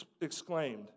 exclaimed